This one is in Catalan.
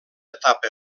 etapa